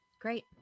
Great